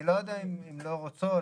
אני לא יודע אם לא רוצות.